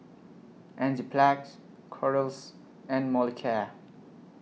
Enzyplex Kordel's and Molicare